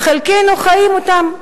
וחלקנו חיים אותם.